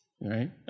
right